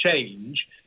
change